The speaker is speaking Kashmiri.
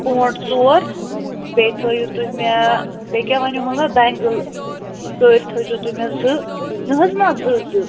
پونٛڈ ژور بیٚیہِ تھٲیو تُہۍ مےٚ بیٚیہِ کیٛاہ وَنیٛومو مےٚ بینٛگٕل کٔرۍ تھٲیزیٛو تُہۍ مےٚ زٕ نَہ حظ نَہ زٕ زٕ